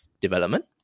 development